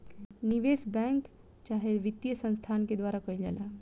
निवेश बैंक चाहे वित्तीय संस्थान के द्वारा कईल जाला